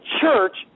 church